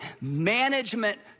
management